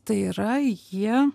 tai yra jie